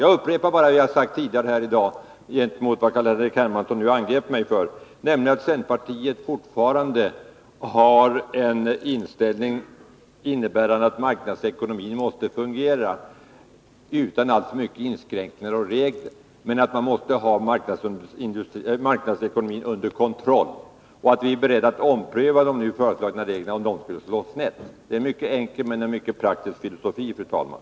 Jag upprepar vad jag sagt tidigare i dag gentemot vad Carl-Henrik Hermansson nu angrep mig för, nämligen att centerpartiets inställning fortfarande är att marknadsekonomin måste fungera utan alltför många inskränkningar och regler. Men det gäller att ha marknadsekonomin under kontroll. Därför måste vi vara beredda att ompröva de nu föreslagna reglerna om de skulle slå snett. Det är en mycket enkel men praktisk filosofi, fru talman.